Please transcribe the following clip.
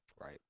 Right